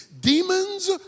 Demons